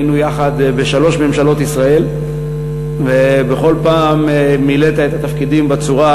היינו יחד בשלוש ממשלות ישראל ובכל פעם מילאת את התפקידים בצורה